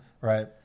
right